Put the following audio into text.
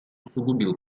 усугубил